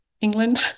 England